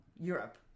Europe